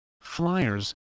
flyers